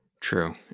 true